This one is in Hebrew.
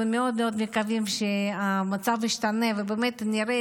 אנחנו מאוד מקווים שהמצב ישתנה ובאמת נראה